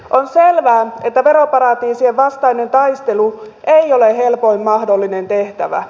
on selvää että veroparatiisien vastainen taistelu ei ole helpoin mahdollinen tehtävä